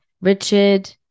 Richard